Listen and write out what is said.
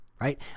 Right